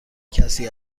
کسی